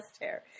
hair